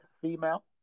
female